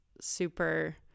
super